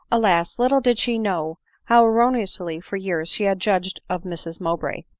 alas! little did she know how erroneously for years she had judged of mrs mowbray.